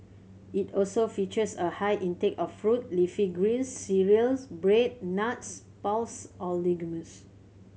it also features a high intake of fruit leafy greens cereals bread nuts pulse or legumes